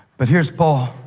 but here's paul,